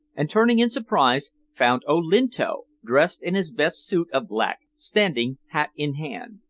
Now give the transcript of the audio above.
and turning in surprise, found olinto, dressed in his best suit of black, standing hat in hand.